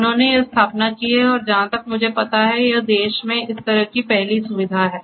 उन्होंने यह स्थापना की है और जहां तक मुझे पता है कि यह देश में इस तरह की पहली सुविधा है